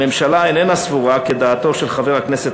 הממשלה איננה סבורה כדעתו של חבר הכנסת